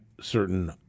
certain